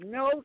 no